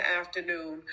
afternoon